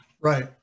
Right